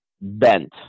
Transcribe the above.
bent